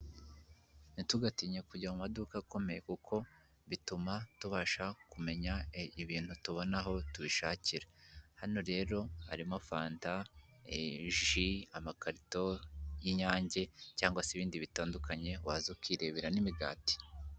Ntitugatinye kujya mu maduka akomeye kuko bituma tubasha kumenya ibintu tubona aho tubishakira, hano rero harimo fanda, ji, amakarito y'inyange cyangwa se ibindi bitandukanye waza ukirebera n'imigati.